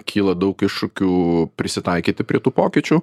kyla daug iššūkių prisitaikyti prie tų pokyčių